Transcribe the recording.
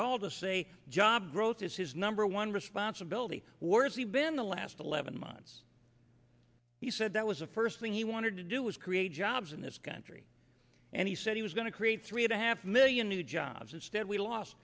gall to say job growth is his number one responsibility warsi been the last eleven months he said that was the first thing he wanted to do was create jobs in this country and he said he was going to create three and a half million new jobs instead we lost